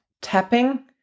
tapping